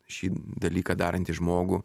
šį dalyką darantį žmogų